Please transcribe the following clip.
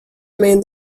remain